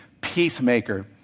peacemaker